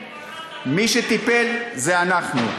מי שטיפל זה אנחנו.